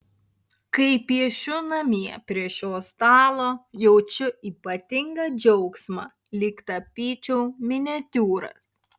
kai piešiu namie prie šio stalo jaučiu ypatingą džiaugsmą lyg tapyčiau miniatiūras